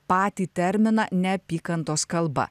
patį terminą neapykantos kalba